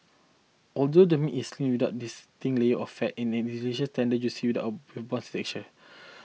although the meat is lean without distinct lay of fat and it is deliciously tender juicy with a bouncy texture